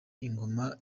ingoma